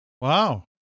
Wow